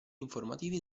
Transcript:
informativi